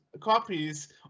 copies